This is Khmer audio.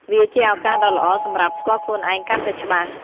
វាជាឱកាសដ៏ល្អសម្រាប់ ស្គាល់ខ្លួនឯងកាន់តែច្បាស់។